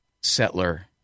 settler